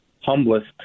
humblest